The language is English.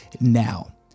now